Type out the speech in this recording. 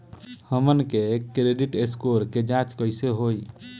हमन के credit score के जांच कैसे होइ?